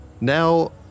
now